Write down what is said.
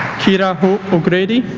kierra hope o'grady